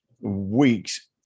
weeks